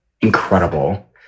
incredible